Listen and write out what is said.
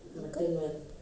uncle